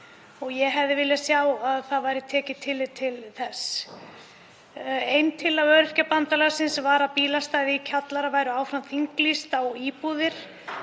Ég hefði viljað sjá að tekið væri tillit til þess. Ein tillaga Öryrkjabandalagsins var að bílastæði í kjallara væru áfram þinglýst á íbúðir